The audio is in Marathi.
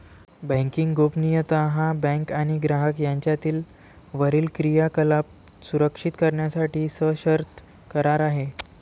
बँकिंग गोपनीयता हा बँक आणि ग्राहक यांच्यातील वरील क्रियाकलाप सुरक्षित करण्यासाठी सशर्त करार आहे